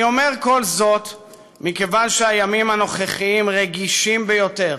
אני אומר כל זאת מכיוון שהימים הנוכחיים רגישים ביותר